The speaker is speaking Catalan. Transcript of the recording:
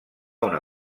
una